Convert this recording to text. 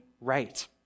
right